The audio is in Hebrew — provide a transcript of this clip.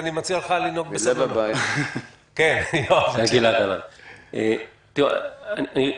אני מציע לך לנהוג --- אני אגיד הקדמה